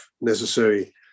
necessary